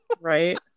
right